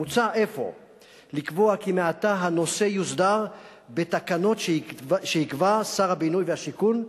מוצע לקבוע כי מעתה הנושא יוסדר בתקנות שיקבע שר הבינוי והשיכון,